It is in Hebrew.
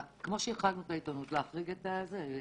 כמו שהחרגנו את העיתונות להחריג גם את זה.